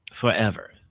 forever